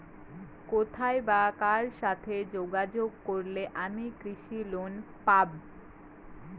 কোথায় বা কার সাথে যোগাযোগ করলে আমি কৃষি লোন পাব?